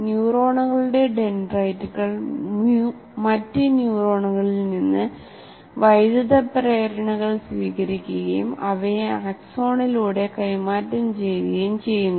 ന്യൂറോണുകളുടെ ഡെൻഡ്രൈറ്റുകൾ മറ്റ് ന്യൂറോണുകളിൽ നിന്ന് വൈദ്യുത പ്രേരണകൾ സ്വീകരിക്കുകയും അവയെ ആക്സോണിലൂടെ കൈമാറ്റം ചെയ്യുകയും ചെയ്യുന്നു